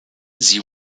sie